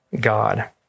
God